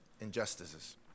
injustices